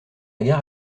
gare